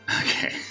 Okay